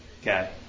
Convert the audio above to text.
Okay